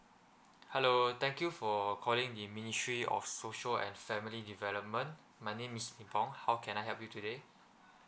hello thank you for calling the ministry of social and family development my name is nibong how can I help you today